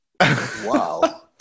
wow